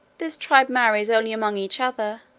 this tribe marries only among each other,